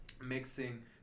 Mixing